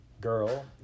girl